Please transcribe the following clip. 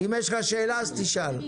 שאלה אז תשאל.